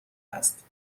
است